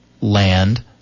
land